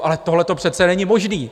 Ale tohleto přece není možné.